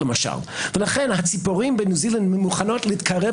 ולכן הציפורים בניו-זילנד מוכנות להתקרב